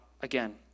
again